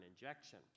injection